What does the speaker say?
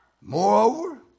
Moreover